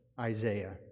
Isaiah